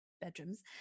bedrooms